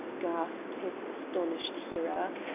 gasped his astonished hearer,